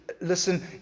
listen